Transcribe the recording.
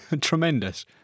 Tremendous